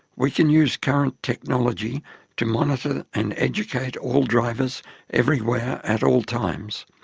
we can use current technology to monitor and educate all drivers everywhere at all times.